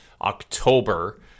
October